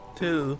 two